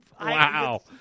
Wow